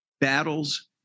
battles